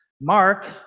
Mark